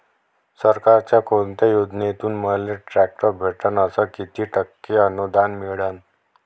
सरकारच्या कोनत्या योजनेतून मले ट्रॅक्टर भेटन अस किती टक्के अनुदान मिळन?